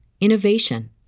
innovation